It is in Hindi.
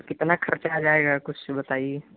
कितना ख़र्चा आ जाएगा कुछ बताइए